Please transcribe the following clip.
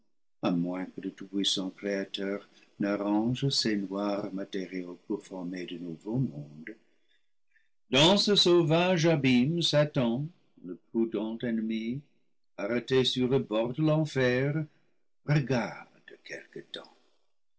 à moins que le tout-puissant créateur n'arrange ses noirs matériaux pour former de nouveaux mondes dans ce sauvage abîme satan le prudent ennemi arrêté sur le bord de l'enfer regarde quelque temps